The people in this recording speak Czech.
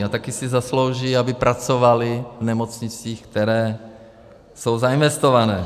A taky si zaslouží, aby pracovali v nemocnicích, které jsou zainvestované.